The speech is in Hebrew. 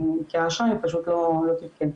כי האשראי פשוט לא תיפקד.